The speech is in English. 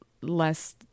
less